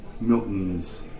Milton's